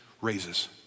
raises